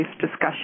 discussion